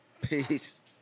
Peace